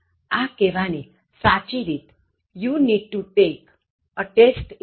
આ કહેવાની સાચી રીત You need to take a test in English